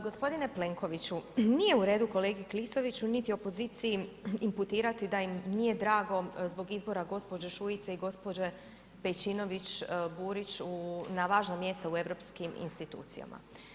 Gospodine Plenkoviću, nije u redu kolegi Klisoviću niti opoziciji imputirati da im nije drago zbog izbora gospođe Šuice i gospođe Pejčinović Burić na važna mjesta u europskim institucijama.